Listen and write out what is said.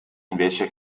invece